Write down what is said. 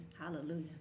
Hallelujah